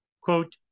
Quote